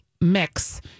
mix